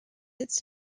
its